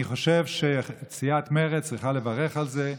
אני חושב שסיעת מרצ צריכה לברך על זה,